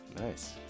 Nice